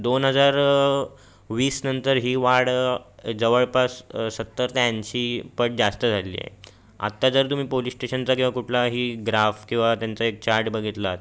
दोन हजार वीस नंतर ही वाढ जवळपास सत्तर ते ऐंशी पट जास्त झालेली आहे आत्ता जर तुम्ही पोलीस स्टेशनचा किंवा कुठलाही ग्राफ किंवा त्यांचा एक चार्ट बघितलात